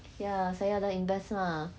ya saya ada invest lah